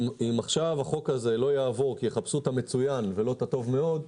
אם עכשיו החוק הזה לא יעבור כי יחפשו את המצוין ולא את הטוב מאוד,